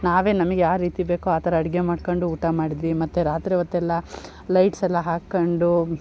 ನಾವೇ ನಮಗೆ ಯಾವ ರೀತಿ ಬೇಕೋ ಆ ಥರ ಅಡುಗೆ ಮಾಡ್ಕೊಂಡು ಊಟ ಮಾಡಿದ್ವಿ ಮತ್ತೆ ರಾತ್ರಿ ಹೊತ್ತೆಲ್ಲ ಲೈಟ್ಸ್ ಎಲ್ಲ ಹಾಕ್ಕೊಂಡು